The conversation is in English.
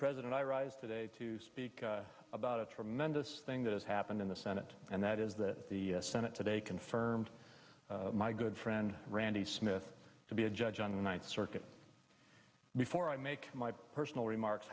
president i rise today to speak about a tremendous thing that has happened in the senate and that is that the senate today confirmed my good friend randy smith to be a judge on the ninth circuit before i make my personal remarks